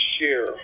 share